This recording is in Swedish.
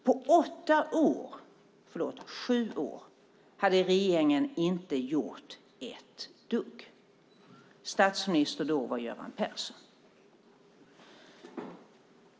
På sju år hade regeringen inte gjort ett dugg. Statsminister då var Göran Persson.